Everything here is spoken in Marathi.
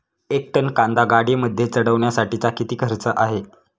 एक टन कांदा गाडीमध्ये चढवण्यासाठीचा किती खर्च आहे?